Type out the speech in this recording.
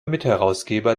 mitherausgeber